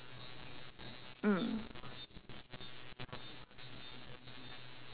mm